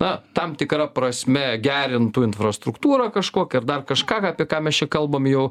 na tam tikra prasme gerintų infrastruktūrą kažkokią ar dar kažką apie ką mes čia kalbam jau